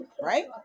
Right